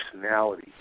personality